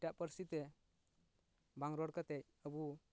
ᱮᱴᱟᱜ ᱯᱟᱹᱨᱥᱤ ᱛᱮ ᱵᱟᱝ ᱨᱚᱲ ᱠᱟᱛᱮ ᱟᱵᱚ